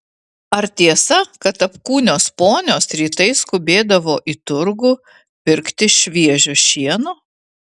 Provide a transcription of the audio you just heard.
ar tiesa kad apkūnios ponios rytais skubėdavo į turgų pirkti šviežio šieno